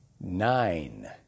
nine